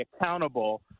accountable